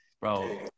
bro